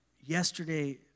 yesterday